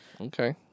okay